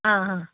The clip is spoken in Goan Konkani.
आं हां